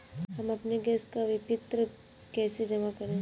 हम अपने गैस का विपत्र कैसे जमा करें?